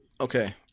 okay